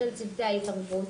של צוותי ההתערבות.